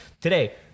today